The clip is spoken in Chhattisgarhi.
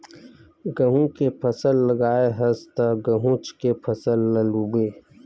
गहूँ के फसल लगाए हस त गहूँच के फसल ल लूबे